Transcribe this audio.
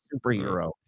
superhero